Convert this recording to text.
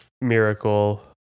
miracle